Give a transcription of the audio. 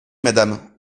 madame